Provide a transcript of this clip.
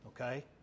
Okay